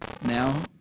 now